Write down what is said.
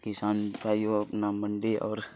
کسان بھائی ہو اپنا منڈی اور